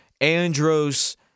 Andros